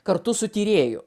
kartu su tyrėju